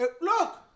Look